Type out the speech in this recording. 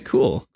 Cool